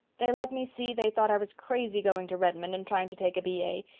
they let me see they thought i was crazy going to redmond and trying to take a b a,